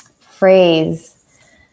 phrase